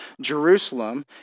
Jerusalem